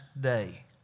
day